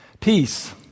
Peace